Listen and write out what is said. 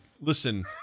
listen